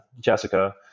jessica